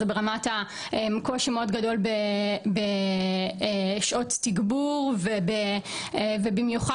זה ברמת הקושי מאוד גדול בשעות תגבור ובמיוחד